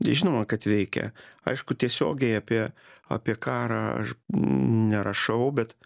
žinoma kad veikia aišku tiesiogiai apie apie karą aš nerašau bet